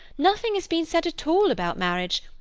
nothing has been said at all about marriage.